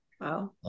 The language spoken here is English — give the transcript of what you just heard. wow